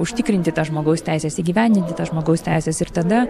užtikrinti tas žmogaus teises įgyvendinti tas žmogaus teises ir tada